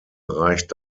reicht